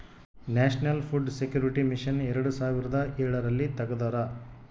national food security mission ಎರಡು ಸಾವಿರದ ಎಳರಲ್ಲಿ ತೆಗ್ದಾರ